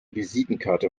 visitenkarte